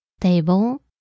table